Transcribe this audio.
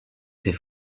fait